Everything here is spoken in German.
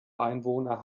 einwohner